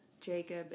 Jacob